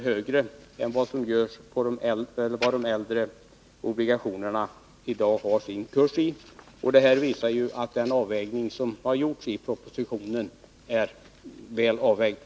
högre än kursen i dag är för de äldre obligationerna. Detta visar att avvägningen i propositionen är väl genomförd.